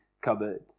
cupboard